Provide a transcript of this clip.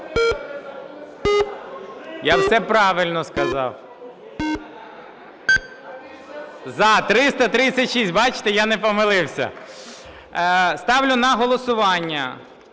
Я все правильно сказав. 11:58:33 За-336 Бачте, я не помилився. Ставлю на голосування